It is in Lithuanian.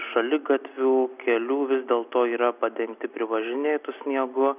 šaligatvių kelių vis dėlto yra padengti privažinėtu sniegu